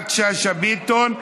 יפעת שאשא ביטון.